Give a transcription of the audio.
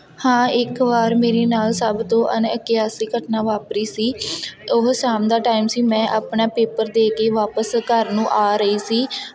ਹਾਂ ਇੱਕ ਵਾਰ ਮੇਰੇ ਨਾਲ ਸਭ ਤੋਂ ਅਣਅਕਿਆਸੀ ਘਟਨਾ ਵਾਪਰੀ ਸੀ ਉਹ ਸ਼ਾਮ ਦਾ ਟਾਈਮ ਸੀ ਮੈਂ ਆਪਣਾ ਪੇਪਰ ਦੇ ਕੇ ਵਾਪਸ ਘਰ ਨੂੰ ਆ ਰਹੀ ਸੀ